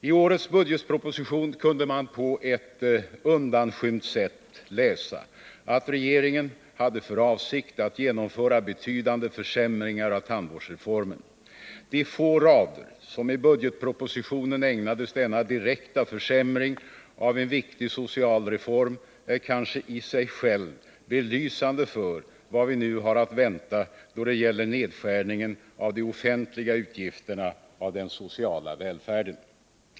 I årets budgetproposition kunde man på ett undanskymt sätt läsa att regeringen hade för avsikt att genomföra betydande försämringar av tandvårdsreformen. De få rader som i budgetpropositionen ägnades denna direkta försämring av en viktig social reform är kanske i sig själva belysande för vad vi nu har att vänta då det gäller nedskärningen av de offentliga utgifterna, av den sociala välfärden.